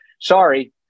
sorry